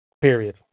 Period